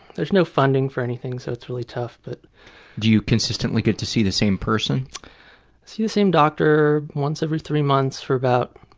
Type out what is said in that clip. there's no funding for anything, so it's really tough. but do you consistently get to see the same person? i see the same doctor once every three months for about